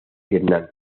vietnam